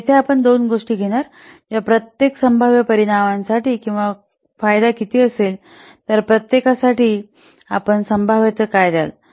तर येथे आपण दोन गोष्टी घेणार ज्या प्रत्येक संभाव्य परिणामासाठी किंमत किंवा फायदा किती असेल तर प्रत्येकासाठी आपण संभाव्यता काय द्याल